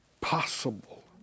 possible